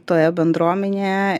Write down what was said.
toje bendruomenėje ir